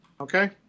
Okay